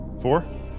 Four